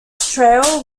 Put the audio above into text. trail